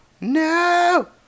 No